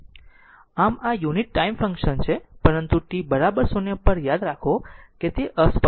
આમ આ unit time function છે પરંતુ t 0 પર યાદ રાખો કે તે અસ્પષ્ટ છે